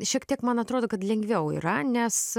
šiek tiek man atrodo kad lengviau yra nes